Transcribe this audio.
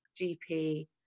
GP